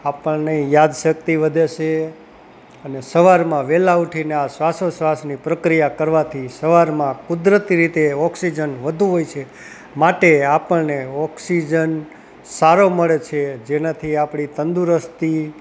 આપણને યાદ શક્તિ વધે છે અને સવારમાં વહેલા ઉઠીને આ શ્વાસોશ્વાસની પ્રક્રિયા કરવાથી સવારમાં કુદરતી રીતે ઑક્સીજન વધુ હોય છે માટે આપણને ઑક્સીજન સારો મળે છે જેનાથી આપણી તંદુરસ્તી